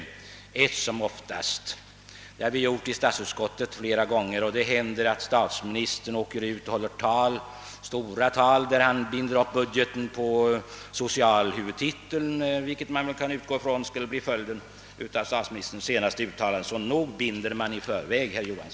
Sådana har vi gjort flera gånger i statsutskottet. Det händer t.o.m. att statsministern håller stora tal, varvid han binder upp budgeten t.ex. i fråga om socialhuvudtiteln. Så nog inträffar det att man i förväg binder budgetarbetet.